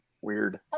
Weird